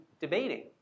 debating